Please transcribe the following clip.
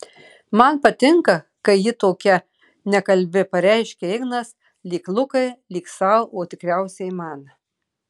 man patinka kai ji tokia nekalbi pareiškia ignas lyg lukai lyg sau o tikriausiai man